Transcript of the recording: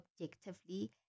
objectively